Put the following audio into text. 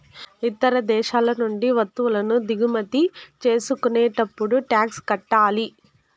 ఇతర దేశాల నుండి వత్తువులను దిగుమతి చేసుకునేటప్పుడు టాక్స్ కట్టాలి